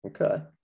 Okay